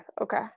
Okay